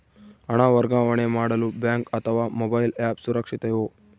ಹಣ ವರ್ಗಾವಣೆ ಮಾಡಲು ಬ್ಯಾಂಕ್ ಅಥವಾ ಮೋಬೈಲ್ ಆ್ಯಪ್ ಸುರಕ್ಷಿತವೋ?